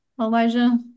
Elijah